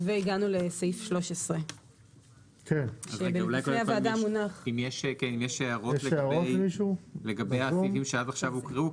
והגענו לסעיף 13. אם יש הערות לגבי הסעיפים שעד עכשיו הוקראו,